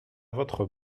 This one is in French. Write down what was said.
votre